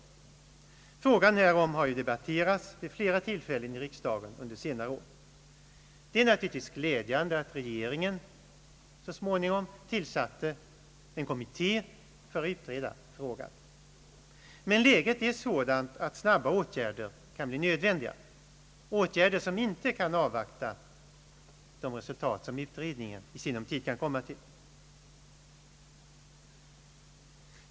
Denna fråga har ju vid flera tillfällen under senare år debatterats i riksdagen. Det är naturligtvis glädjande att regeringen så småningom tillsatte en kommitté för att utreda frågan. Men läget är sådant att snabba åtgärder kan bli nödvändiga, åtgärder som inte kan avvakta de resultat, som utredningen i sinom tid kan komma till.